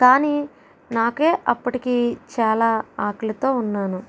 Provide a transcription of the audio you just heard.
కానీ నాకే అప్పటికి చాలా ఆకలితో ఉన్నాను